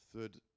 Third